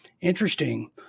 Interesting